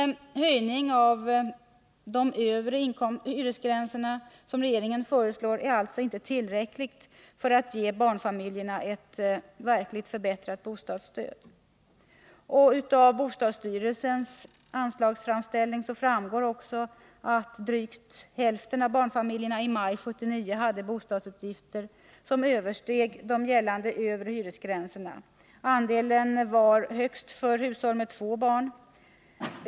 Den höjning av de övre hyresgränserna som regeringen föreslår är alltså inte tillräcklig för att ge barnfamiljerna ett verkligt förbättrat bostadsstöd. Av bostadsstyrelsens anslagsframställning framgår att drygt hälften av barnfamiljerna i maj 1979 hade bostadsutgifter som översteg gällande övre hyresgränser. Andelen var högst för hushåll med två barn.